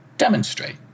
demonstrate